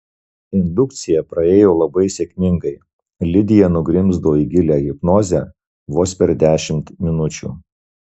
indukcija praėjo labai sėkmingai lidija nugrimzdo į gilią hipnozę vos per dešimt minučių